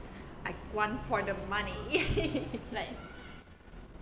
like one pot of money